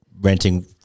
renting –